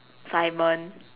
Simon